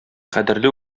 кадерле